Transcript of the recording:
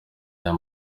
aya